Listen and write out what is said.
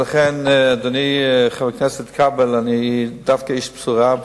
אדוני, חבר הכנסת כבל, אני דווקא איש בשורה.